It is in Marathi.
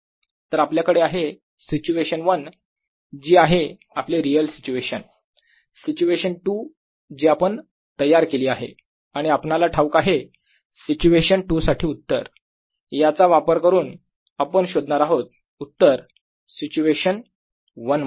तर आपल्याकडे आहे सिच्युएशन 1 जी आहे आपली रियल सिच्युएशन सिच्युएशन 2 जी आपण तयार केली आहे आणि आपणाला ठाऊक आहे सिच्युएशन 2 साठी उत्तर याचा वापर करून आपण शोधणार आहोत उत्तर सिच्युएशन 1 मध्ये